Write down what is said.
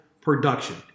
production